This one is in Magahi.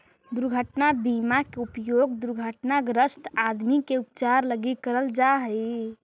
दुर्घटना बीमा के उपयोग दुर्घटनाग्रस्त आदमी के उपचार लगी करल जा हई